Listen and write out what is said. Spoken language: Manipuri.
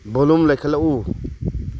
ꯕꯣꯂꯨꯝ ꯂꯩꯈꯠꯂꯛꯎ